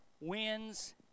wins